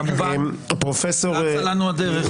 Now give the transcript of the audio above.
כמובן, אצה לנו הדרך.